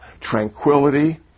tranquility